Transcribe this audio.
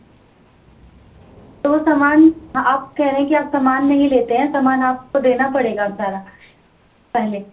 تو وہ سامان آپ کہہ رہے ہیں کہ آپ سامان نہیں لیتے ہیں سامان آپ کو دینا پڑے گا اب سارا پہلے